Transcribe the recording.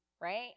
right